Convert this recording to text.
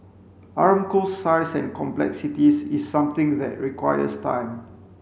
Aramco's size and complexities is something that requires time